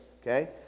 okay